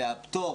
והפטור